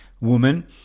woman